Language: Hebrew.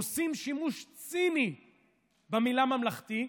עושים שימוש ציני במילה "ממלכתי",